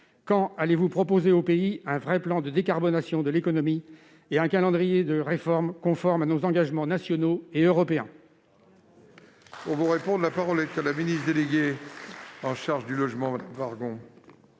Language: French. quand allez-vous proposer au pays un véritable plan de décarbonation de l'économie et un calendrier de réformes conforme à nos engagements nationaux et européens ?